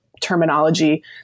terminology